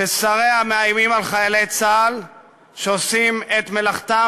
ששריה מאיימים על חיילי צה"ל שעושים את מלאכתם